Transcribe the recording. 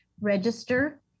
register